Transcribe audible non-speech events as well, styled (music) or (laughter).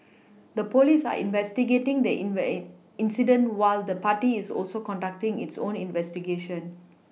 the police are investigating the (unintelligible) incident while the party is also conducting its own investigations